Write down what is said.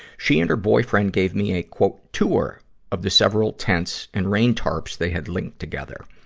she and her boyfriend gave me a tour of the several tents and rain tarps they had linked together.